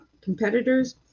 competitors